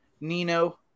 Nino